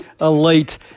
elite